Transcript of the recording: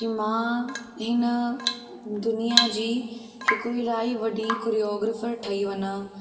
कि मां हिन दुनिया जी हिकु इलाही वॾी कुरियोग्रफ़र ठही वञा